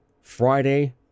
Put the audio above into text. friday